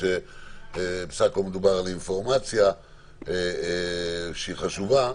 בסך הכול מדובר על אינפורמציה שהיא חשובה,